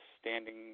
standing